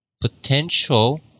potential